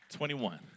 21